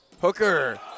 Hooker